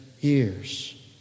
years